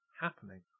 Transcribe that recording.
happening